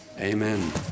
Amen